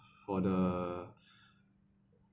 for the